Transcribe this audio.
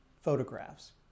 photographs